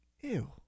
ew